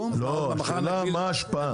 לא, השאלה מה ההשפעה.